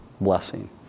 blessing